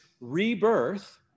rebirth